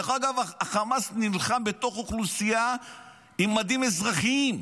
החמאס נלחם בתוך אוכלוסייה עם בגדים אזרחיים.